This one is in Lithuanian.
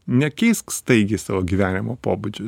nekeisk staigiai savo gyvenimo pobūdžio